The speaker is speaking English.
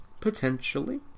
Potentially